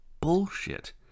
bullshit